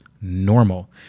normal